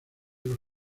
los